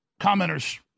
commenters